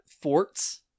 forts